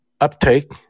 uptake